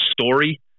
story